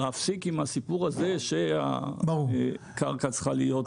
להפסיק עם הסיפור הזה שהקרקע צריכה להיות --- ברור.